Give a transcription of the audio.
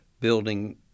Building